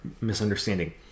misunderstanding